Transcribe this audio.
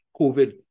COVID